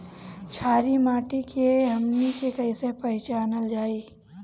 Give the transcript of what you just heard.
छारी माटी के हमनी के कैसे पहिचनल जाइ?